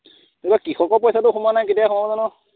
এই কৃষকৰ পইচাটো সোমোৱা নাই কেতিয়া সোমাব জানো